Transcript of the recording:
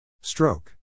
Stroke